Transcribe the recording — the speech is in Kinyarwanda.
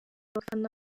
abafana